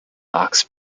box